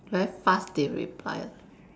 very fast they reply